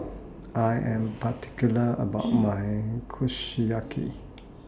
I Am particular about My Kushiyaki